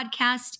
podcast